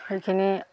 সেইখিনি